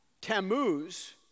Tammuz